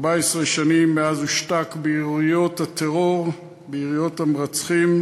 14 שנים מאז הושתק ביריות הטרור, ביריות המרצחים,